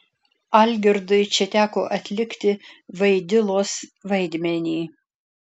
algirdui čia teko atlikti vaidilos vaidmenį